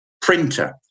printer